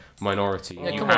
minority